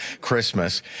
Christmas